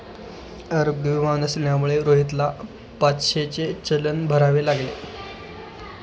आरोग्य विमा नसल्यामुळे रोहितला पाचशेचे चलन भरावे लागले